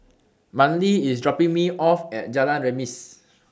Manley IS dropping Me off At Jalan Remis